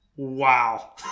Wow